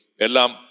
elam